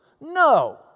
No